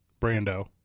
Brando